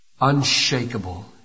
unshakable